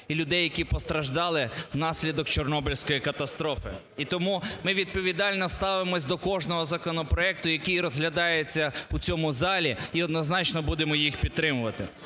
і людей, які постраждали внаслідок Чорнобильської катастрофи. І тому ми відповідально ставимося до кожного законопроекту, який розглядається у цьому залі, і однозначно будемо їх підтримувати.